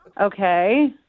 Okay